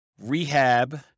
Rehab